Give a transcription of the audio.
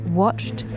watched